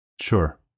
Sure